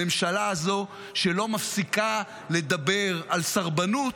הממשלה הזו, שלא מפסיקה לדבר על סרבנות,